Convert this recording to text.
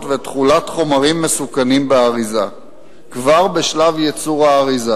ותכולת חומרים מסוכנים באריזה כבר בשלב ייצור האריזה,